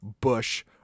Bush